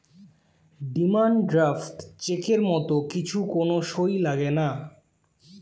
demand draft চেকের মত কিছু কোন সই লাগেনা